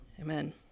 amen